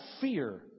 fear